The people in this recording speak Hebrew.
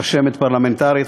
רשמת פרלמנטרית,